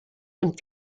and